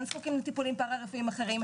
כן זקוקים לטיפולים פרה רפואיים אחרים,